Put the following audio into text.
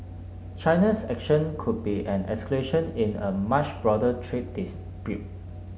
China's action could be an escalation in a much broader trade dispute